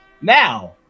now